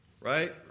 Right